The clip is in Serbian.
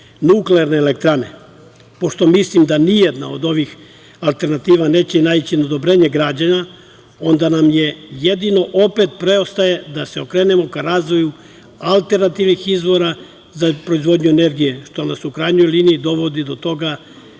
nuklearne elektrane. Pošto mislim da nijedna od ovih alternativa neće naići na odobrenje građana, onda nam jedino opet preostaje da se okrenemo ka razvoju alternativnih izvora za proizvodnju energije, što nas u krajnjoj liniji dovodi do toga